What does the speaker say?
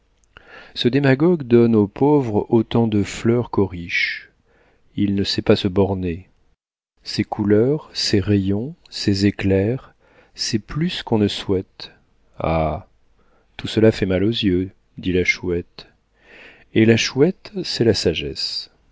ce démagogue donne au pauvre autant de fleurs qu'au riche il ne sait pas se borner ses couleurs ses rayons ses éclairs c'est plus qu'on ne souhaite ah tout cela fait mal aux yeux dit la chouette et la chouette c'est la sagesse